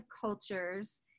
cultures